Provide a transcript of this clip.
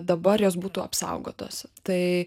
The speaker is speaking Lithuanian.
dabar jos būtų apsaugotos tai